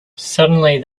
suddenly